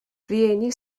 rheini